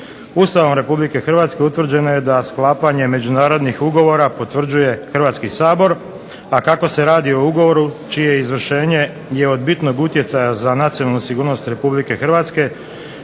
Ustavom Republike Hrvatske utvrđeno je da sklapanje međunarodnih ugovora potvrđuje Hrvatski sabor, a kako se radi o ugovoru čije izvršenje je od bitnog utjecaja za nacionalnu sigurnost Republike Hrvatske